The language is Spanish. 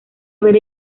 haber